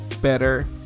better